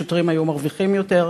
שוטרים היו מרוויחים יותר,